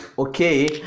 Okay